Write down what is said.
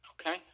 Okay